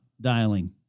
dialing